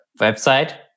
website